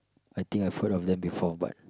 I think I have heard of them before but